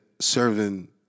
serving